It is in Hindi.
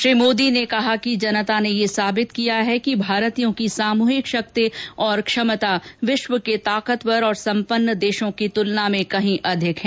श्री मोदी ने कहा कि जनता ने यह साबित किया है कि भारतीयों की सामूहिक शक्ति और क्षमता विश्व के ताकतवर और सम्पन्न देशों की तुलना में कहीं अधिक है